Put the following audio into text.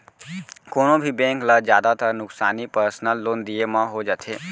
कोनों भी बेंक ल जादातर नुकसानी पर्सनल लोन दिये म हो जाथे